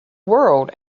world